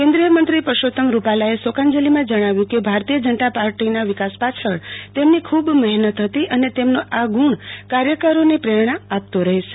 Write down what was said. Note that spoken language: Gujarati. કેન્દ્રિય મંત્રી પરસોત્તમ રૂપાલા એ શોકાંજલી માં જણાવ્યુ છે કે ભારતીય જનતા પાર્ટીના વિકાસ પાછળ તેમની ખૂબ મહેનત હતી અને તેમનો આ ગુણ કાર્યકરો ને પ્રેરણા આપતો રહેશે